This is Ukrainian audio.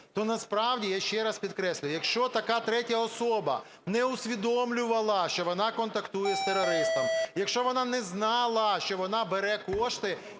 То, насправді, я ще раз підкреслюю, якщо така третя особа не усвідомлювала, що вона контактує з терористом, якщо вона не знала, що вона бере кошти,